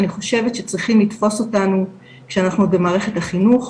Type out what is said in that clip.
אני חושב שצריכים לתפוס אותנו כשאנחנו עוד במערכת החינוך,